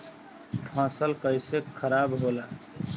फसल कैसे खाराब होला?